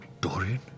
Dorian